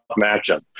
matchup